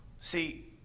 See